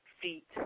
feet